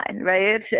right